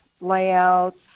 layouts